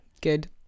Good